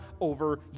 over